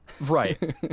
Right